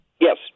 Yes